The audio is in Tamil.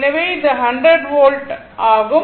எனவே அது 100 வோல்ட் ஆகும்